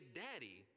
daddy